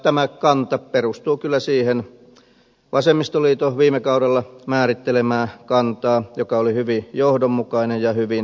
tämä kanta perustuu kyllä siihen vasemmistoliiton viime kaudella määrittelemään kantaan joka oli hyvin johdonmukainen ja hyvin perusteltu